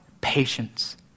patience